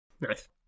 Nice